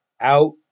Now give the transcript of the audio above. out